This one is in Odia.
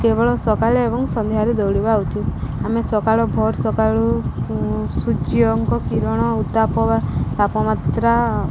କେବଳ ସକାଳେ ଏବଂ ସନ୍ଧ୍ୟାରେ ଦୌଡ଼ିବା ଉଚିତ ଆମେ ସକାଳୁ ଭୋର ସକାଳୁ ସୂର୍ଯ୍ୟଙ୍କ କିରଣ ଉତ୍ତାପ ବା ତାପମାତ୍ରା